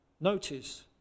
Notice